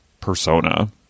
persona